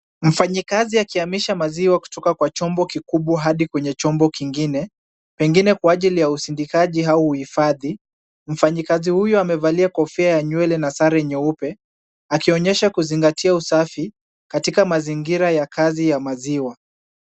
Mfanyikazi akihamisha maziwa kutoka kwa chombo kikubwa hadi kwenye chombo kingine, pengine kwa ajili ya usindikaji au uhifadhi. Mfanyikazi huyu amevalia kofia ya nywele na sare nyeupe, akionyesha kuzingatia usafi, katika mazingira ya kazi ya maziwa.